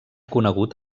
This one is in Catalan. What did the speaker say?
conegut